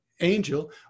angel